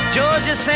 Georgia